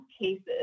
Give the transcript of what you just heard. cases